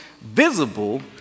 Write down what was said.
visible